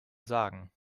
sagen